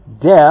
death